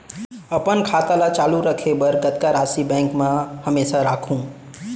अपन खाता ल चालू रखे बर कतका राशि बैंक म हमेशा राखहूँ?